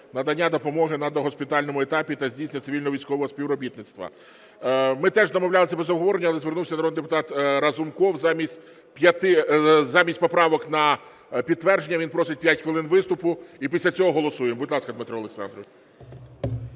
надання допомоги на догоспітальному етапі та здійснення цивільно-військового співробітництва. Ми теж домовлялися без обговорення, але звернувся народний депутат Разумков, замість поправок на підтвердження він просить 5 хвилин виступу, і після цього голосуємо. Будь ласка, Дмитро Олександрович.